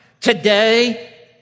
today